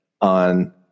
on